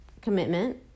commitment